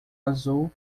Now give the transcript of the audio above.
azul